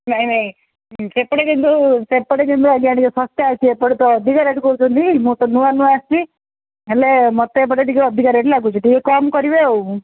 ନାଇଁ ନାଇଁ ସେପଟେ କିନ୍ତୁ ସେପଟେ କିନ୍ତୁ ଆଜ୍ଞା ଟିକେ ଶସ୍ତା ଅଛି ଏପଟେ ତ ଅଧିକା ରେଟ୍ କହୁଛନ୍ତି ମୁଁ ତ ନୂଆ ନୂଆ ଆସିଛି ହେଲେ ମୋତେ ଏପଟେ ଟିକେ ଅଧିକା ରେଟ୍ ଲାଗୁଛି ଟିକେ କମ୍ କରିବେ ଆଉ